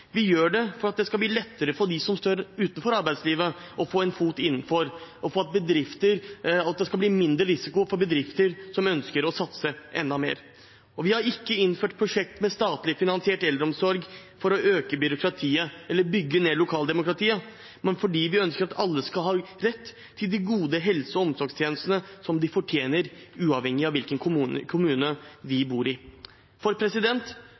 Vi gjør det for at det skal bli lettere for dem som står utenfor arbeidslivet, å få en fot innenfor, og for at det skal bli mindre risiko for bedrifter som ønsker å satse enda mer. Og vi har ikke innført prosjekt med statlig finansiert eldreomsorg for å øke byråkratiet eller bygge ned lokaldemokratiet, men fordi vi ønsker at alle skal ha rett til de gode helse- og omsorgstjenestene som de fortjener, uavhengig av hvilken kommune de bor i. På slutten av dagen må vi